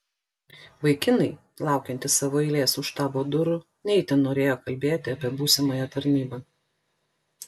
vaikinai laukiantys savo eilės už štabo durų ne itin norėjo kalbėti apie būsimąją tarnybą